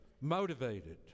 motivated